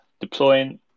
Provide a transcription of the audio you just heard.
deploying